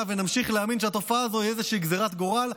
ונמשיך להאמין שהתופעה הזו היא איזושהי גזרת גורל,